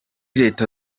leta